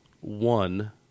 one